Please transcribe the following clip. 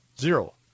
zero